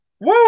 Woo